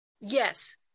yes